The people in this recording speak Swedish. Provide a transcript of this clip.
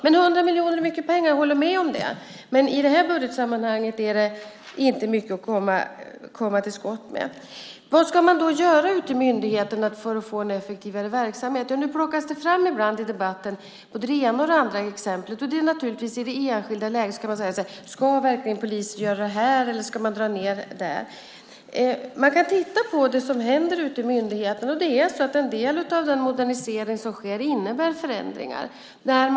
Jag håller med om att 100 miljoner är mycket pengar. Men i detta budgetsammanhang är det inte mycket att komma till skott med. Vad ska man då göra ute i myndigheterna för att få en effektivare verksamhet? Det plockas fram i debatten både det ena och det andra exemplet. I det enskilda läget kan man fråga sig: Ska verkligen polisen göra det där, eller ska man dra ned här? Man kan titta på vad som händer ute i myndigheterna. En del av den modernisering som sker innebär förändringar.